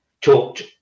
talked